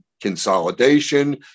Consolidation